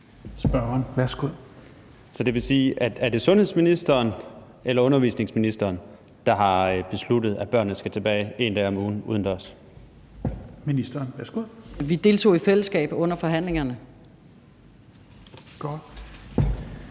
Så vil det sige: Er det sundhedsministeren eller undervisningsministeren, der har besluttet, at børnene skal tilbage én dag om ugen udendørs? Kl. 16:15 Tredje næstformand